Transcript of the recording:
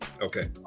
Okay